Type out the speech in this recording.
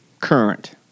current